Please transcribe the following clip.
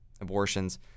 abortions